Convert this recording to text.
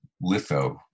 litho